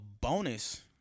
bonus